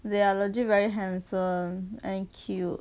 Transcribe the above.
they are legit very handsome and cute